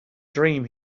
dream